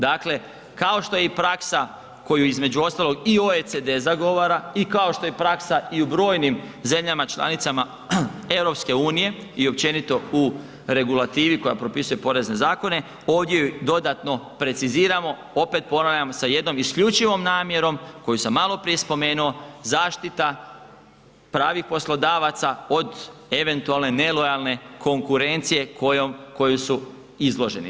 Dakle, kao što je i praksa koju između ostalog i OECD zagovara i kao što je praksa i u brojnim zemljama članicama EU i općenito u regulativi koja propisuje porezne zakone, ovdje ju dodatno preciziramo, opet ponavljam sa jednom isključivom namjerom, koju sam maloprije spomenuo, zaštita pravih poslodavaca, od eventualne nelojalne konkurenciju kojoj su izloženi.